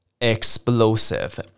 Explosive